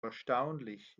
erstaunlich